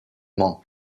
mans